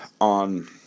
on